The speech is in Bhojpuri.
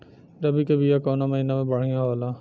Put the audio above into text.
रबी के बिया कवना महीना मे बढ़ियां होला?